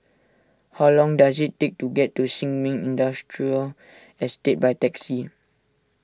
how long does it take to get to Sin Ming Industrial Estate by taxi